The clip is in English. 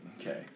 Okay